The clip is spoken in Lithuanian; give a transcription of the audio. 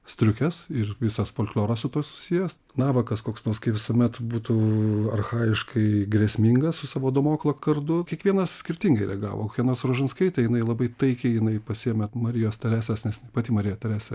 striukės ir visas folkloras su tuo susijęs navakas koks nors kaip visuomet būtų archajiškai grėsmingas su savo damoklo kardu kiekvienas skirtingai reagavo kokia nors rožanskaitė jinai labai taikiai jinai pasiėmė marijos teresės nes pati marija teresė